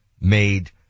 made